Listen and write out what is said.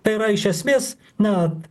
tai yra iš esmės na